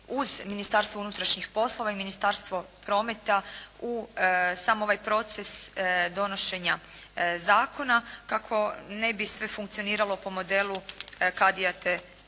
uz Ministarstvo unutrašnjih poslova i Ministarstvo prometa samo ovaj proces donošenja zakona kako ne bi sve funkcioniralo po modelu kadia te